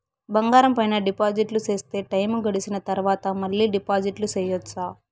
బంగారం పైన డిపాజిట్లు సేస్తే, టైము గడిసిన తరవాత, మళ్ళీ డిపాజిట్లు సెయొచ్చా?